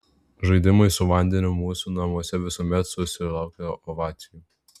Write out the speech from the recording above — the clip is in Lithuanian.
žaidimai su vandeniu mūsų namuose visuomet susilaukia ovacijų